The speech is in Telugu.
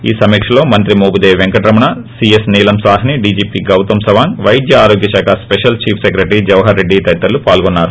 ఈ సమీక్షలో మంత్రి మోపిదేవి పెంకటరమణ సీఎస్ నీలం సాహ్ని డీజీపీ గౌతం సవాంగ్ పైద్య ఆరోగ్య కాఖ స్పెషల్ చీఫ్ సెక్రటరీ జవహార్ రెడ్డిలు తదితరులు పాల్గొన్నారు